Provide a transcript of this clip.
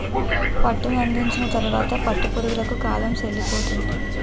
పట్టునందించిన తరువాత పట్టు పురుగులకు కాలం సెల్లిపోతుంది